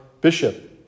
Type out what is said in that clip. bishop